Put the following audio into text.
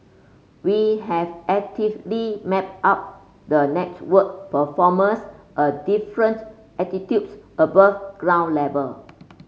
we have actively mapped out the network performance a different altitudes above ground level